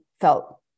felt